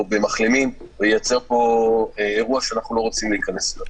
במחלימים וייצר פה אירוע שאנחנו לא רוצים להיכנס אליו.